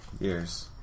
Years